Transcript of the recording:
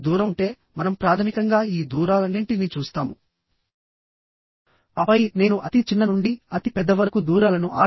అది ఎంత ఉంటుందో తెలుసుకొని దానికి అనుగుణంగా జాగ్రత్త వహించాలి